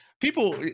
people